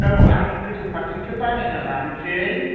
औ आं गोजौ फारसेनिखौ बानायना लानोसै